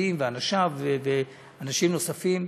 היה ואדים ואנשיו ואנשים נוספים.